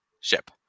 ship